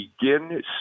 begin